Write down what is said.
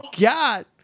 god